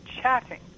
chatting